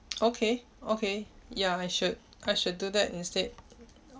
okay okay ya I should I should do that instead